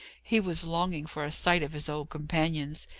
he was longing for a sight of his old companions.